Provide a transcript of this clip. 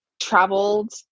traveled